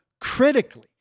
critically